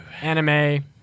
anime